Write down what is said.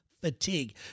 fatigue